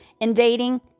Invading